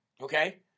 Okay